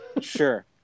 Sure